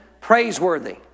Praiseworthy